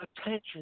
attention